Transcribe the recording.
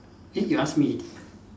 eh you ask me